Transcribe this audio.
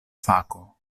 fako